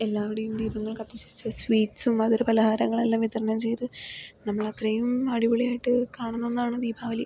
എല്ലാവരുടെയും ദീപങ്ങൾ കത്തിച്ച് വെച്ച് സ്വീറ്റ്സും മധുര പലഹാരങ്ങളെല്ലാം വിതരണം ചെയ്തു നമ്മളത്രയും അടിപൊളിയായിട്ട് കാണുന്ന ഒന്നാണ് ദീപാവലി